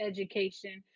Education